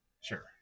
sure